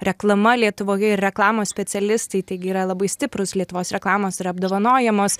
reklama lietuvoje ir reklamos specialistai taigi yra labai stiprūs lietuvos reklamos yra apdovanojamos